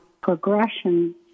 progression